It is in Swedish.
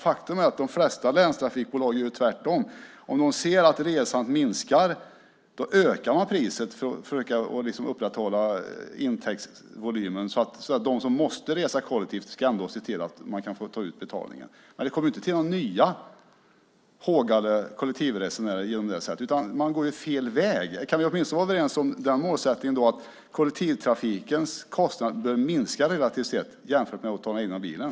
Faktum är att det flesta länstrafikbolag gör tvärtom. Om de ser att resandet minskar ökar de priset för att upprätthålla volymen. De ser till att få ut betalningen av dem som måste resa kollektivt. Men det tillkommer inte några nya hågade kollektivresenärer på det sättet. Man går fel väg. Kan vi åtminstone vara överens om att målsättningen ska vara att kollektivtrafikens kostnader bör minska relativt sett jämfört med att ta den egna bilen?